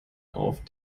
auf